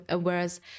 whereas